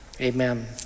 amen